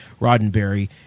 Roddenberry